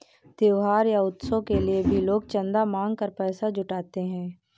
त्योहार या उत्सव के लिए भी लोग चंदा मांग कर पैसा जुटाते हैं